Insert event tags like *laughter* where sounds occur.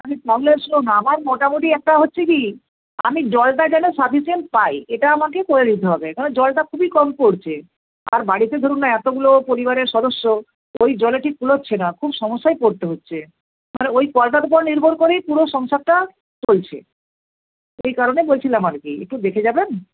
*unintelligible* ছিলো না আমার মোটামুটি একটা হচ্ছে কী আমি জলটা যেন সাফিসিয়েন্ট পাই এটা আমাকে করে দিতে হবে কারণ জলটা খুবই কম পড়ছে আর বাড়িতে ধরুন না এতগুলো পরিবারের সদস্য ওই জলে ঠিক কুলোচ্ছে না খুব সমস্যায় পড়তে হচ্ছে মানে ওই কলটার উপর নির্ভর করেই পুরো সংসারটা চলছে এই কারণে বলছিলাম আর কি একটু দেখে যাবেন